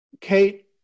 Kate